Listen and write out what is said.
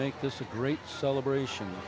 make this a great celebration